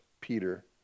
Peter